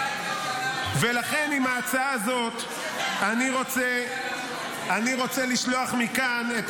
ולכן עם ההצעה הזאת אני רוצה לשלוח מכאן את